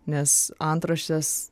nes antraštės